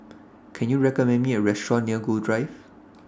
Can YOU recommend Me A Restaurant near Gul Drive